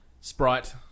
Sprite